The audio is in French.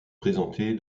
présentée